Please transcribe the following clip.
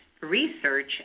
research